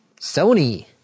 Sony